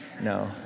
no